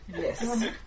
Yes